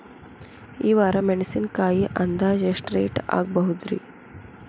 ಈ ವಾರ ಮೆಣಸಿನಕಾಯಿ ಅಂದಾಜ್ ಎಷ್ಟ ರೇಟ್ ಆಗಬಹುದ್ರೇ?